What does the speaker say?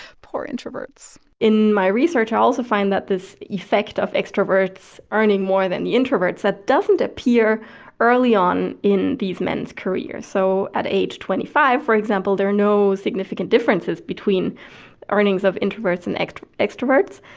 poor introverts in my research, i also find that this effect of extroverts earning more than the introverts that doesn't appear early on in these men's careers. so at age twenty five, for example, there are no significant differences between earnings of introverts and extroverts.